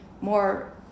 more